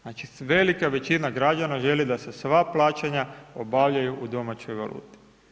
Znači velika većina građana želi da se sva plaćanja obavljaju u domaćoj valuti.